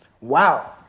Wow